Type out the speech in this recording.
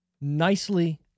nicely